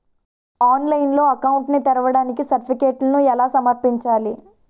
ఆన్లైన్లో అకౌంట్ ని తెరవడానికి సర్టిఫికెట్లను ఎలా సమర్పించాలి?